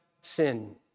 sin